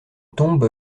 tombe